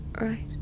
right